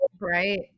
Right